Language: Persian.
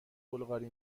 بلغاری